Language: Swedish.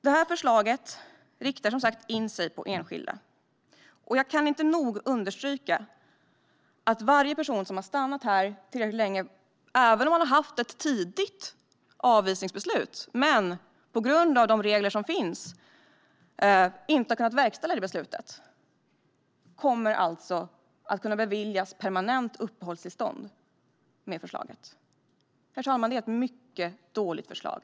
Detta förslag riktar, som sagt, in sig på enskilda. Jag kan inte nog understryka att varje person som har stannat här tillräckligt länge, även om man tidigt har fått ett avvisningsbeslut som på grund av de regler som finns inte har kunnat verkställas, kommer alltså att kunna beviljas permanent uppehållstillstånd i och med detta förslag. Herr talman! Det är ett mycket dåligt förslag.